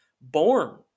born